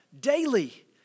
daily